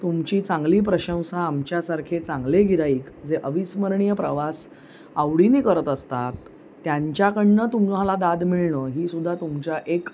तुमची चांगली प्रशंसा आमच्यासारखे चांगले गिराईक जे अविस्मरणीय प्रवास आवडीनी करत असतात त्यांच्याकडनं तुम्हाला दाद मिळणं ही सुद्धा तुमच्या एक